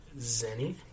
Zenny